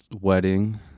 wedding